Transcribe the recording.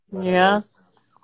Yes